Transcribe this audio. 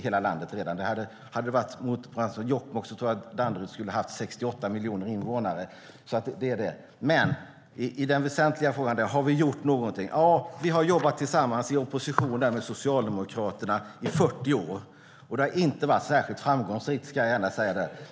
Hade ytan motsvarat Jokkmokks skulle Danderyd ha haft 68 miljoner invånare. Men den väsentliga frågan är om vi har gjort någonting. Ja, vi har jobbat tillsammans i opposition med Socialdemokraterna i 40 år, och det har inte varit särskilt framgångsrikt.